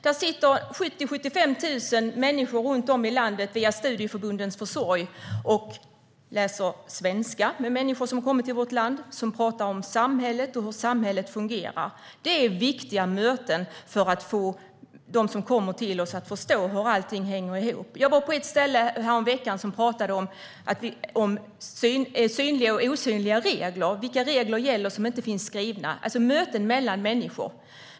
Men runt om i landet deltar 70 000-75 000 människor via studieförbundens försorg i svenskundervisning för människor som kommer till vårt land. De pratar om samhället och hur samhället fungerar. Det är viktiga möten som kan hjälpa dem som kommer till oss att förstå hur allting hänger ihop. Häromveckan var jag på ett ställe där man pratade om synliga och osynliga regler, vilka regler som inte finns skrivna. Självklart behövs möten mellan människor.